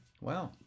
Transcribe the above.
Wow